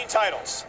titles